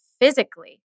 physically